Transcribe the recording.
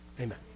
Amen